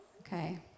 Okay